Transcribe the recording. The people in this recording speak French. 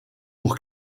pour